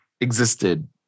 existed